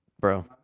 Bro